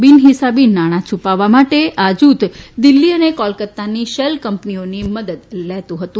બિન હિસાબી નાણાં છુપાવવા માટે આ જુથ દિલ્હી અને કોલકત્તાની શેલ કંપનીઓની મદદ લેતુ હતું